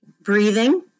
breathing